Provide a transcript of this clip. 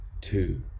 two